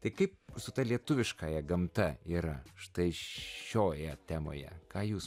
tai kaip su ta lietuviškąja gamta yra štai šioje temoje ką jūs